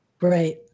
Right